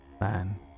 man